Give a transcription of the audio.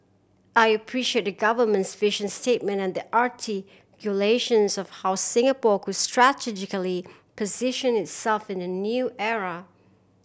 I appreciate the Government's vision statement and the articulations of how Singapore could strategically position itself in the new era